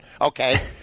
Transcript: okay